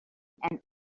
and